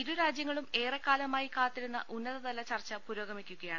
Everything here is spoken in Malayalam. ഇരുരാജൃങ്ങളും ഏറെകാലമായി കാത്തിരുന്ന ഉന്നതതല ചർച്ച പുരോഗമിക്കുകയാണ്